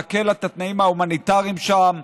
להקל את התנאים ההומניטריים שם,